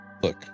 Look